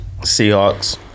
Seahawks